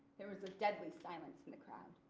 there was a deadly silence in the crowd.